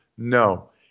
No